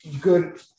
good